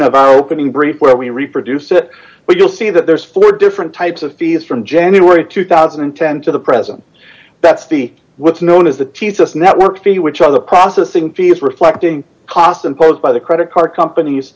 of our opening brief where we reproduce it but you'll see that there's four different types of fees from january two thousand and ten to the present that's the what's known as the tease us network b which of the processing fee is reflecting cost imposed by the credit card companies